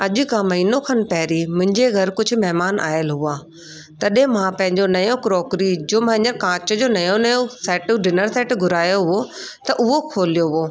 अॼु खां महिनो खनु पहिरी मुंहिंजे घर कुझु महिमान आयल हुआ तॾहिं मां पंहिंजो नयो क्रोकरी जो मां अञा कांच जो नयो नयो सेट डिनर सेट घुरायो हो त उहो खोलियो हुओ